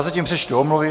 Zatím přečtu omluvy.